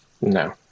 No